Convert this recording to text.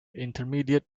intermediate